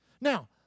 Now